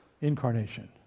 Incarnation